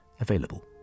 available